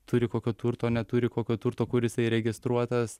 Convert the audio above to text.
turi kokio turto neturi kokio turto kur jisai registruotas